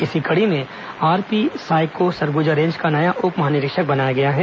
इसी कड़ी में आरपी साय को सरगुजा रेंज का नया उप महानिरीक्षक बनाया गया है